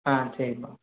ஆ சரிப்பா